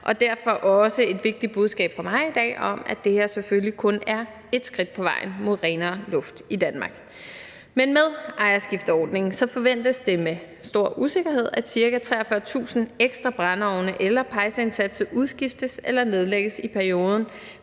er der også et vigtigt budskab fra mig i dag om, at det her selvfølgelig kun er ét skridt på vejen mod renere luft i Danmark. Med ejerskifteordningen forventes det med stor usikkerhed, at ca. 43.000 ekstra brændeovne eller pejseindsatse udskiftes eller nedlægges i perioden